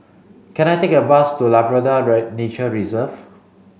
can I take a bus to Labrador Nature Reserve